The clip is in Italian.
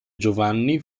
giovanni